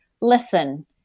listen